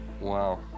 Wow